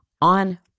on